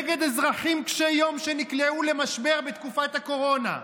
נגד אזרחים קשי יום שנקלעו למשבר בתקופת הקורונה,